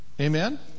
Amen